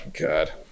God